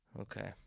Okay